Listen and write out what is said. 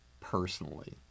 personally